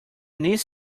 niece